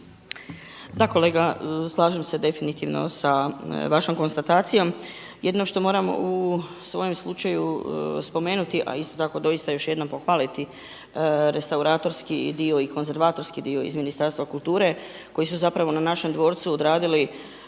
Da kolega, slažem se definitivno sa vašom konstatacijom. Jedino što moram u svojem slučaju spomenuti a isto tako doista još jednom pohvaliti restauratorski dio i konzervatorski dio iz Ministarstva kulture koji su zapravo na našem dvorcu odradili